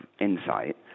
insight